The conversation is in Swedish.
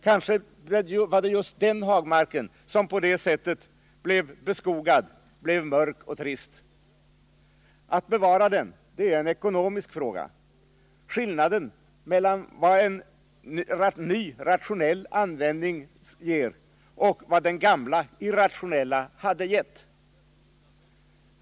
Kanske var det just den hagmarken som på det sättet blev beskogad, blev mörk och trist. Att bevara den är en ekonomisk fråga, skillnaden mellan vad en ny rationell användning ger och vad den gamla irrationella hade gett.